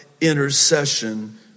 intercession